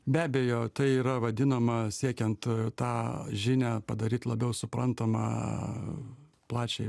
be abejo tai yra vadinama siekiant tą žinią padaryt labiau suprantamą plačiajai